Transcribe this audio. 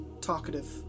talkative